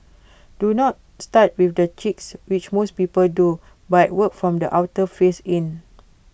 do not start with the cheeks which most people do but work from the outer face in